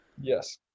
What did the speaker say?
Yes